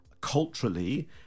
culturally